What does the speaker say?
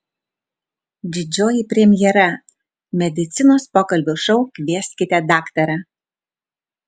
didžioji premjera medicinos pokalbių šou kvieskite daktarą